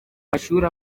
mashuri